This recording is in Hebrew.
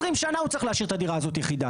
20 שנה הוא צריך להשאיר את הדירה הזאת יחידה.